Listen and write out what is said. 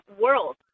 world